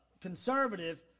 conservative